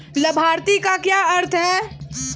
लाभार्थी का क्या अर्थ है?